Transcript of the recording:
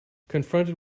confronted